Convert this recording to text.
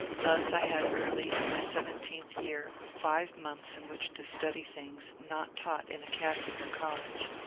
thus i had early in my seventeenth year five months in which to study things not taught in academy or college.